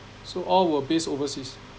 so all were based overseas